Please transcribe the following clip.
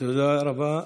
תודה רבה.